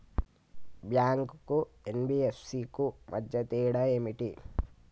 Bank కు NBFC కు మధ్య తేడా ఏమిటి?